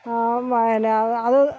വ എന്താണ് അത്